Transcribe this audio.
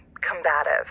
combative